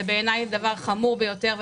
בעיניי זה דבר חמור ביותר,